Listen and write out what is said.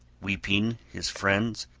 weeping his friends,